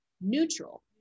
neutral